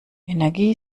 energie